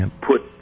put